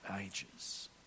ages